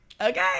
Okay